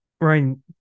Ryan